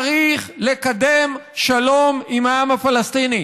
צריך לקדם שלום עם העם הפלסטיני,